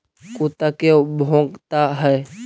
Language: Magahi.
कुत्ता क्यों भौंकता है?